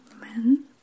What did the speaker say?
Men